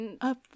Up